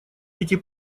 эти